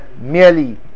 merely